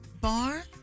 bar